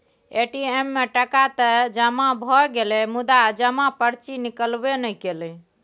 ATM मे टका तए जमा भए गेलै मुदा जमा पर्ची निकलबै नहि कएलै